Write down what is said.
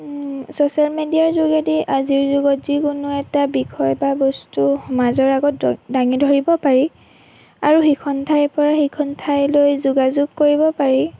social মিডিয়াৰ যোগেদি আজিৰ যুগত যিকোনো এটা বিষয় বা বস্তু সমাজৰ আগত দ দাঙি ধৰিব পাৰি আৰু সিখন ঠাইৰ পৰা সিখন ঠাইলৈ যোগাযোগ কৰিব পাৰি